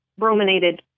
brominated